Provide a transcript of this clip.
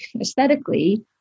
aesthetically